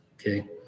okay